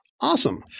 Awesome